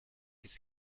its